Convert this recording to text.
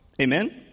Amen